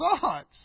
thoughts